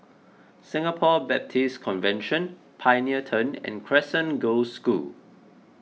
Singapore Baptist Convention Pioneer Turn and Crescent Girls' School